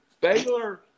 Baylor